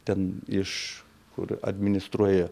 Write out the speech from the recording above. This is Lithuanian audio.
ten iš kur administruoja